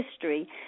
history